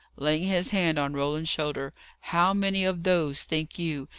laying his hand on roland's shoulder how many of those, think you,